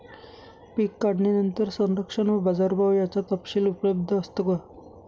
पीक काढणीनंतर संरक्षण व बाजारभाव याचा तपशील उपलब्ध असतो का?